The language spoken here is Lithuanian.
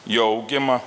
jo augimą